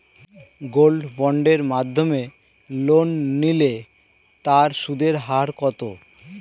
Gold বন্ডের মাধ্যমে loan নিলে তার সুদের হার কত?